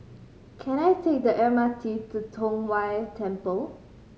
can I take the M R T to Tong Whye Temple